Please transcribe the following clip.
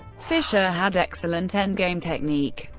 fischer had excellent endgame technique.